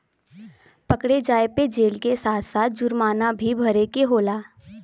पकड़े जाये पे जेल के साथ साथ जुरमाना भी भरे के होला